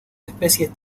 especies